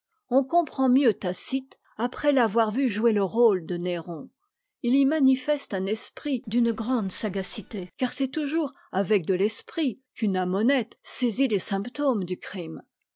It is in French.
on comprend mieux tacite après l'avoir vu jouer le rôle de néron il y manifeste un esprit d'une grande sagacité car c'est toujours avec de l'esprit qu'une âme honnête saisit les symptômes du crime